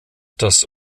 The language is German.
das